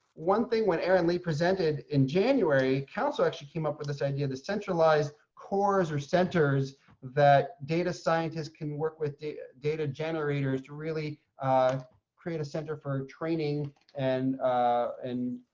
one thing when aaron lee presented in january, council actually came up with this idea of the centralized cores or centers that data scientists can work with data data generators to really create a center for training and ah and